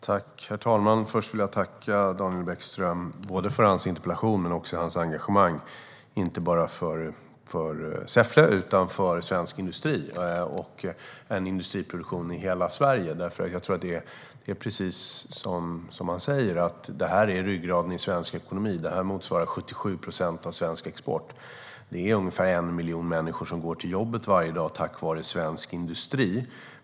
Herr talman! Först vill jag tacka Daniel Bäckström för både hans interpellation och hans engagemang inte bara för Säffle utan också för svensk industri och en industriproduktion i hela Sverige. Det är precis som han säger. Det är ryggraden i svensk ekonomi och motsvarar 77 procent av svensk export. Det är ungefär 1 miljon människor som går till jobbet varje dag tack vare svensk industri.